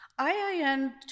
IIN